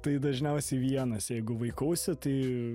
tai dažniausiai vienas jeigu vaikausi tai